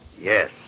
Yes